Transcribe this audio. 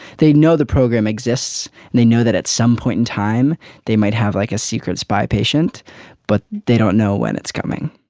they know the program exists and they know that at some point in time they might have like a secret spy patient but they don't know when it's coming.